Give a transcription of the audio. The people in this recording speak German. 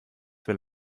will